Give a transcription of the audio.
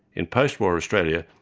in post war australia,